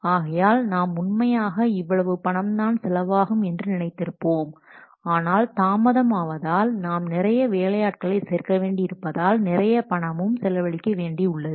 ஆகையால் நாம் உண்மையாக இவ்வளவு பணம் தான் செலவாகும் என்று நினைத்திருப்போம் ஆனால் தாமதமாவதால் நாம் நிறைய வேலை ஆட்களை சேர்க்க வேண்டி இருப்பதால் நிறைய பணமும் செலவழிக்க வேண்டி உள்ளது